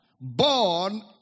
born